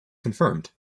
confirmed